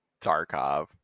Tarkov